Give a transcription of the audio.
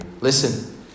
Listen